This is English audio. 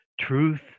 truth